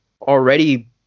already